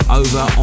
over